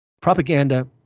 propaganda